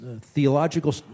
theological